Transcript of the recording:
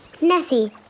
Nessie